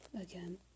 again